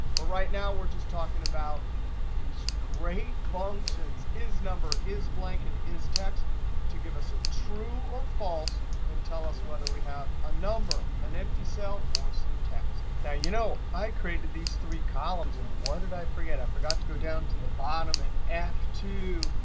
but right now we're just talking about these great functions is number, is, blank, and is text to give us a true or false and tell us whether we have a number, an empty cell, or some text. now you know, i created these three columns and what did i forget? i forgot to go down to the bottom and f two,